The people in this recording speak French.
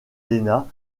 lena